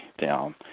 down